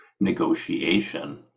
negotiation